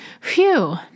Phew